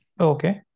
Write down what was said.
Okay